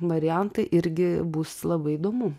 variantą irgi bus labai įdomu